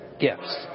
gifts